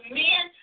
men